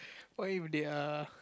what if they're